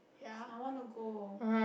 I wanna go